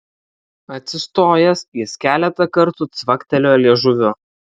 atsistojęs jis keletą kartų cvaktelėjo liežuviu